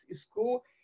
school